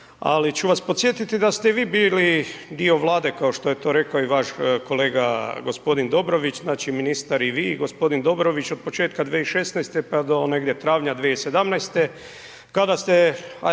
ali ću vas podsjetiti da ste vi bili dio Vlade kao što je to rekao i vaš kolega g. Dobrović, znači ministar i vi, g. Dobrović od početka 2016. pa do negdje travnja 2017.